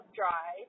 dry